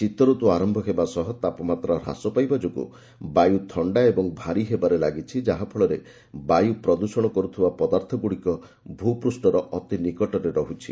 ଶୀତଋତୁ ଆରମ୍ଭ ହେବା ସହ ତାପମାତ୍ରା ହ୍ରାସ ପାଇବା ଯୋଗୁଁ ବାୟୁ ଥଖା ଓ ଭାରି ହେବାରେ ଲାଗିଛି ଯାହାଫଳରେ ବାୟୁ ପ୍ରଦୃଷଣ କରୁଥିବା ପଦାର୍ଥଗୁଡ଼ିକ ଭୂପୃଷ୍ଣର ଅତି ନିକଟରେ ରହୁଛି